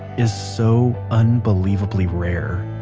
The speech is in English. is so unbelievably rare,